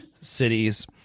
cities